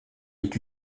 est